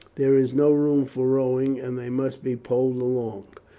there is no room for rowing, and they must be poled along.